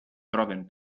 troben